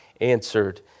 answered